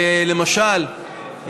למשל,